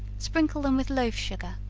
sprinkle them with loaf-sugar,